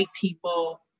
people